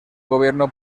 gobierno